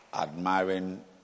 admiring